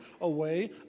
away